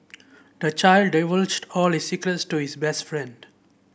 the child divulged all his secrets to his best friend